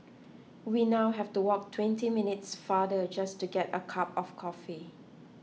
we now have to walk twenty minutes farther just to get a cup of coffee